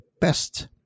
best